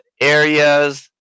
areas